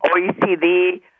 OECD